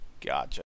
Gotcha